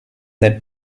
that